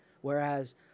Whereas